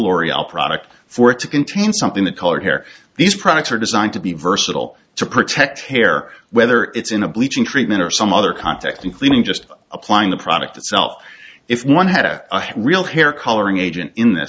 l'oreal product for it to contain something that colored hair these products are designed to be versatile to protect hair whether it's in a bleaching treatment some other context including just applying the product itself if one had a real hair coloring agent in th